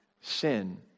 sin